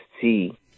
see